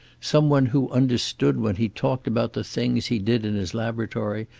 some one who understood when he talked about the things he did in his laboratory,